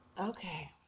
Okay